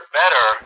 better